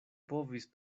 povis